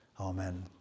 Amen